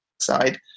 side